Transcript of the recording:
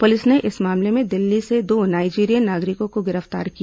police ने इस मामले में दिल्ली से दो नाइजीरियन नागरिकों को गिरफ्तार किया